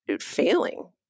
failing